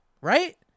right